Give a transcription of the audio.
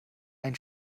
ein